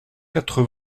quatre